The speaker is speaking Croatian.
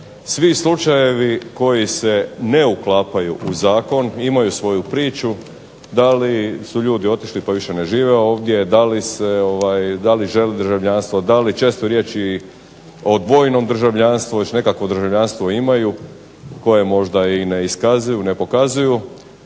Svi slučajevi koji se ne uklapaju u zakon imaju svoju priču. Da li su ljudi otišli pa više ne žive ovdje, da li žele državljanstvo, često je riječ i o dvojnom državljanstvu, već nekakvo državljanstvo imaju koje možda i ne iskazuju, ne pokazuju,